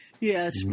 Yes